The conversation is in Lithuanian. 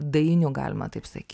dainių galima taip sakyt